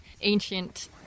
ancient